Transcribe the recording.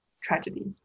tragedy